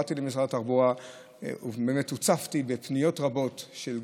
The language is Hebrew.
באתי למשרד התחבורה והוצפתי בפניות רבות גם